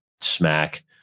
smack